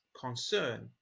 concern